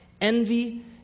envy